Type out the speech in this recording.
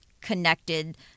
connected